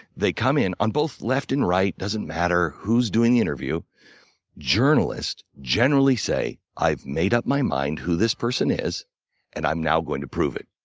they come in on both left and right doesn't matter who's doing the interview journalists generally say, i've made up my mind who this person is and i'm now going to prove it.